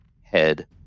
head